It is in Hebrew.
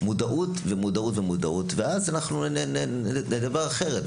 מודעות, מודעות ומודעות, ואז נדבר אחרת.